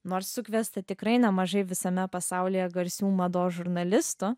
nors sukviesta tikrai nemažai visame pasaulyje garsių mados žurnalistų